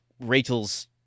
rachel's